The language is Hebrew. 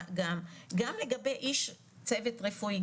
גם לגבי איש צוות רפואי.